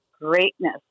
greatness